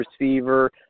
receiver